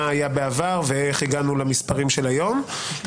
מה היה בעבר ואיך הגענו למספרים של היום.